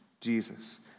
Jesus